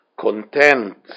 content